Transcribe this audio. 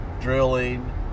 drilling